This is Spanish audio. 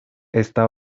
esta